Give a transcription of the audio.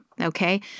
okay